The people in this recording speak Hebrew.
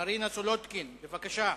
פטור מתשלום